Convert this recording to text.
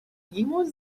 گیمو